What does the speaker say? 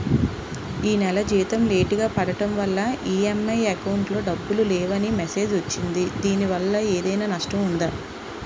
ఈ నెల జీతం లేటుగా పడటం వల్ల ఇ.ఎం.ఐ అకౌంట్ లో డబ్బులు లేవని మెసేజ్ వచ్చిందిదీనివల్ల ఏదైనా నష్టం ఉందా?